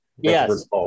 Yes